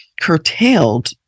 curtailed